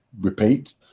repeat